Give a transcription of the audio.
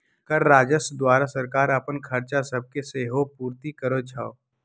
कर राजस्व द्वारा सरकार अप्पन खरचा सभके सेहो पूरति करै छै